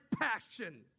passion